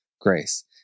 grace